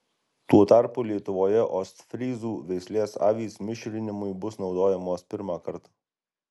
tuo tarpu lietuvoje ostfryzų veislės avys mišrinimui bus naudojamos pirmą kartą